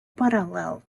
parallel